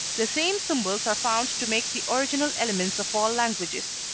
the same symbols are found to make the original elements of all languages.